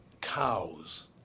Cows